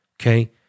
Okay